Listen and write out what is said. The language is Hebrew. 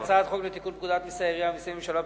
הצעת חוק לתיקון פקודת מסי העירייה ומסי הממשלה (פטורין)